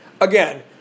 again